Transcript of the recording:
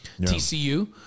TCU